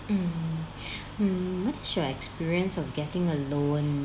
mm mm what's your experience of getting a loan